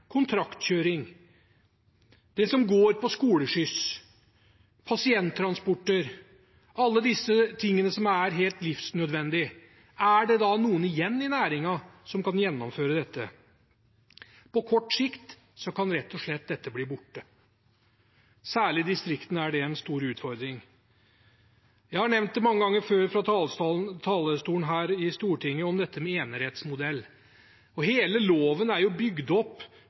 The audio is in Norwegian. kontraktkjøring, skoleskyss, pasienttransporter – alt det som er livsnødvendig. Er det da noen igjen i næringen som kan gjennomføre dette? På kort sikt kan dette rett og slett bli borte. Det er en stor utfordring særlig i distriktene. Jeg har nevnt enerettsmodellen mange ganger før her fra talerstolen i Stortinget. Loven er ikke i det hele